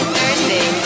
Thursday